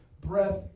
breath